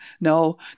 No